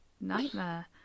nightmare